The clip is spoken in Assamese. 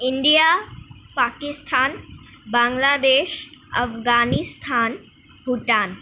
ইণ্ডিয়া পাকিস্তান বাংলাদেশ আফগানিস্তান ভূটান